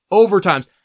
overtimes